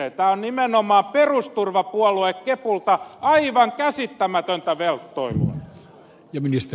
tämä on nimenomaan perusturvapuolue kepulta aivan käsittämätöntä velttoilua